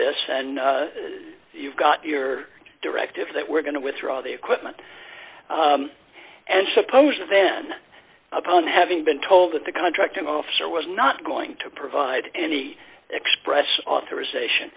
this and you've got your directive that we're going to withdraw the equipment and suppose then upon having been told that the contracting officer was not going to provide any express authorisation